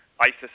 ISIS